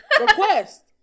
Request